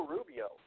Rubio